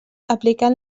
aplicant